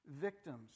victims